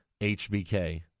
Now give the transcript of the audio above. HBK